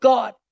God